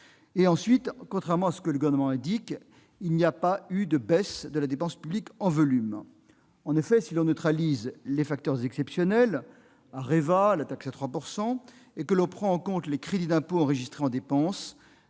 ! Ensuite, contrairement à ce que le Gouvernement indique, il n'y a pas eu de baisse de la dépense publique en volume. Si l'on neutralise les facteurs exceptionnels- Areva, taxe à 3 % -et que l'on prend en compte les crédits d'impôt enregistrés en dépense,